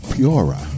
Piora